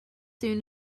soon